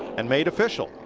and made official.